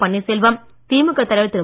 பன்னீர்செல்வம் திமுக தலைவர் திரு